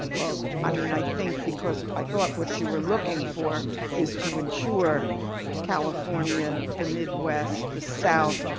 well, i mean i think because i thought what you were looking for is to ensure california, the midwest, the south,